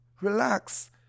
relax